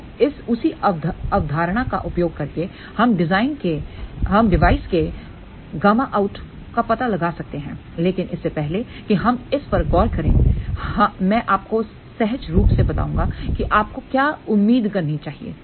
अब उसी अवधारणा का उपयोग करके हम डिवाइस के ƬOUT पता लगा सकते हैं लेकिन इससे पहले कि हम इस पर गौर करें मैं आपको सहज रूप से बताऊंगा कि आपको क्या उम्मीद करनी चाहिए